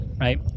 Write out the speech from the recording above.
right